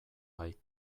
bai